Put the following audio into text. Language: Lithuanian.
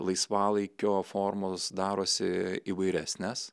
laisvalaikio formos darosi įvairesnės